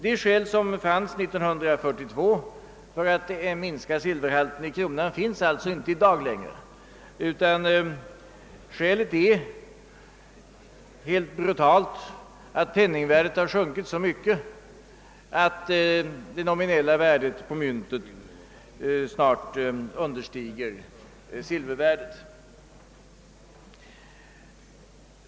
De skäl som fanns 1942 för att minska silverhalten i kronan finns alltså inte i dag, utan skälet är helt brutalt att penningvärdet sjunkit så mycket att det nominella värdet på myntet snart understiger silvervärdet.